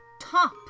Top